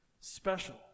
special